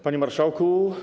Panie Marszałku!